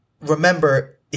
Remember